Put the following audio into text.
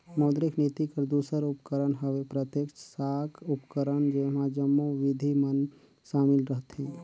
मौद्रिक नीति कर दूसर उपकरन हवे प्रत्यक्छ साख उपकरन जेम्हां जम्मो बिधि मन सामिल रहथें